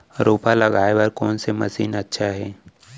रोपा लगाय बर कोन से मशीन अच्छा हे?